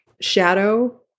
Shadow